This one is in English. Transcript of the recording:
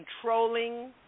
controlling